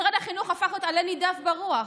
משרד החינוך הפך לעלה נידף ברוח.